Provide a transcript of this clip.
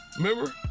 Remember